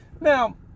Now